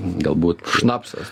galbūt šnapsas